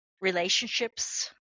relationships